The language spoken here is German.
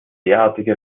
derartige